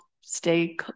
stay